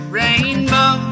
rainbow